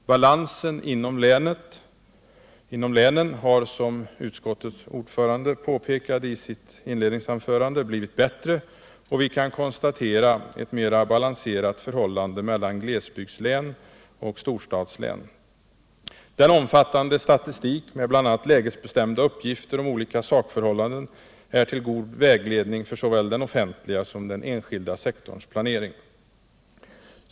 Balansen inom länen har, som utskottets ordförande påpekade i sitt inledningsanförande, blivit bättre, och vi kan konstatera ett mera balanserat förhållande mellan glesbygdslän och storstadslän. Den omfattande statistiken med bl.a. lägesbestämda uppgifter om olika sakförhållanden är till god vägledning för såväl den offentliga som den enskilda sektorns planering.